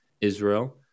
Israel